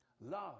Love